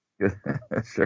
Sure